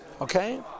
Okay